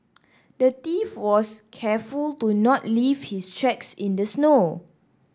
the thief was careful to not leave his tracks in the snow